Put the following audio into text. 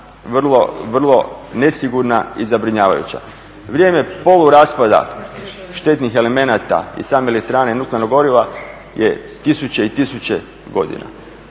vrlo nesigurna i zabrinjavajuća. Vrijeme poluraspada … elemenata i same elektrane nuklearnog goriva je tisuće i tisuće godina.